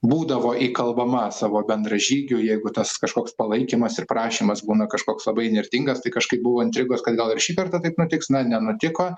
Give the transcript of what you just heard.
būdavo įkalbama savo bendražygių jeigu tas kažkoks palaikymas ir prašymas būna kažkoks labai įnirtingas tai kažkaip buvo intrigos kad gal ir šį kartą taip nutiks na nenutiko